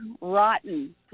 rotten